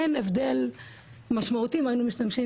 אין הבדל משמעותי אם היינו משתמשים